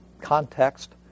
context